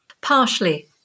Partially